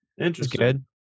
interesting